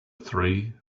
three